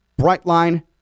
Brightline